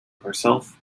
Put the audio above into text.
herself